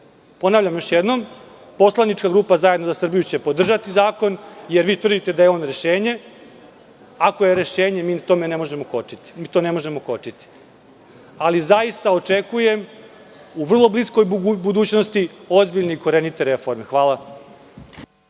koči. Ponavljam još jednom, poslanička grupa Zajedno za Srbiju će podržati zakon, jer vi tvrdite da je on rešenje. Ako je rešenje mi to ne možemo kočiti, ali zaista očekujem u vrlo bliskoj budućnosti ozbiljne i korenite reforme. Hvala.